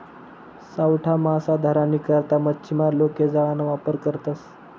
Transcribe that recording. सावठा मासा धरानी करता मच्छीमार लोके जाळाना वापर करतसं